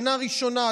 שנה ראשונה,